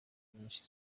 nyinshi